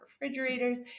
refrigerators